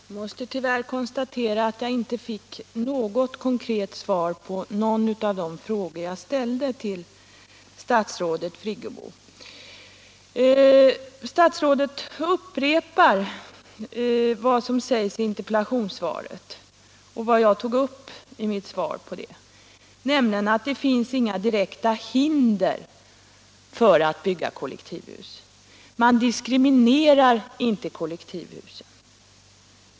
Herr talman! Jag måste tyvärr konstatera att jag inte fick något konkret svar på någon av de frågor jag ställde till statsrådet Friggebo. Statsrådet upprepar det som sägs i interpellationssvaret och vad jag tog upp i mitt svar på det, nämligen att det inte finns några direkta hinder mot att bygga kollektivhus och att man inte diskriminerar kollektivhus.